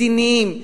מדיניים,